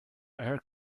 air